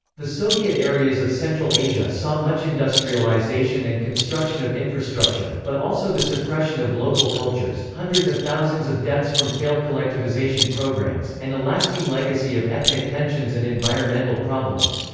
the soviet areas of central asia saw much industrialization and construction of infrastructure, but also the suppression of local cultures, hundreds of thousands of deaths from failed collectivization programs, and a lasting legacy of ethnic tensions and environmental problems.